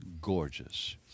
gorgeous